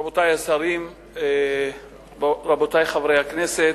רבותי השרים, רבותי חברי הכנסת,